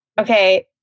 Okay